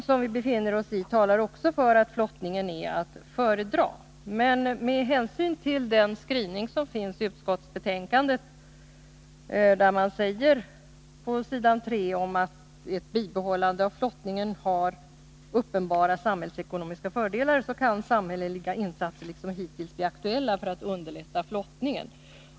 Jag vill bara svara Curt Boström och peka på vad utskottet skriver nederst på s. 3: ”Om ett bibehållande av flottningen har uppenbara samhällseko nomiska fördelar kan samhälleliga insatser liksom hittills bli aktuella för att underlätta flottningen.